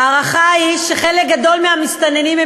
ההערכה היא שחלק גדול מהמסתננים הם